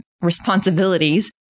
responsibilities